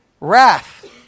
wrath